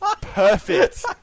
Perfect